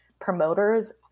promoters